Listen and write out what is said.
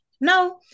no